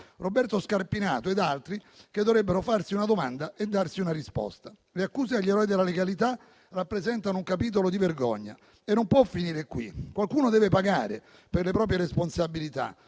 Roberto Scarpinato e altri, che dovrebbero farsi una domanda e darsi una risposta. Le accuse agli eroi della legalità rappresentano un capitolo di vergogna che non può finire qui. Qualcuno deve pagare per le proprie responsabilità.